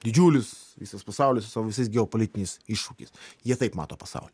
didžiulis visas pasaulis su savo visais geopolitiniais iššūkiais jie taip mato pasaulį